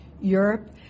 Europe